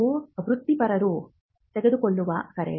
ಇದು ವೃತ್ತಿಪರರು ತೆಗೆದುಕೊಳ್ಳುವ ಕರೆ